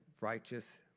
righteous